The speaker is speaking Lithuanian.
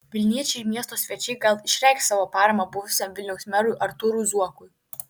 vilniečiai ir miesto svečiai gal išreikš savo paramą buvusiam vilniaus merui artūrui zuokui